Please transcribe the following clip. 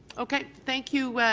okay. thank you,